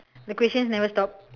the questions never stop